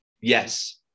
yes